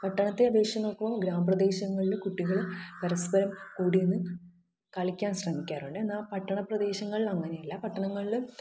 പട്ടണത്തെ അപേക്ഷിച്ച് നോക്കുമ്പോൾ ഗ്രാമപ്രദേശങ്ങളിൽ കുട്ടികൾ പരസ്പരം കൂടി നിന്ന് കളിക്കാൻ ശ്രമിക്കാറുണ്ട് എന്നാൽ പട്ടണപ്രദേശങ്ങളിൽ അങ്ങനെയല്ല പട്ടണങ്ങളിൽ